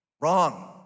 Wrong